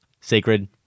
sacred